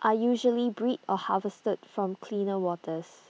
are usually bred or harvested from cleaner waters